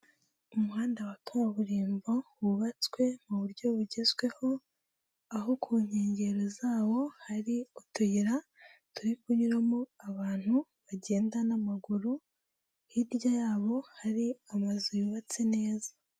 Umuhanda wa kaburimbo wubatswe mu buryo bugezweho, aho ku nkengero zawo hari utuyira turi kunyuramo abantu bagenda n'amaguru, hirya yabo hari amazu yubatse neza.